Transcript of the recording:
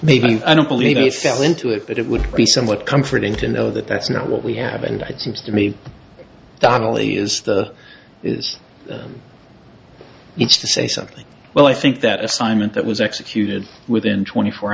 maybe i don't believe they fell into it but it would be somewhat comforting to know that that's not what we have in night seems to me donnelly is the is needs to say something well i think that assignment that was executed within twenty four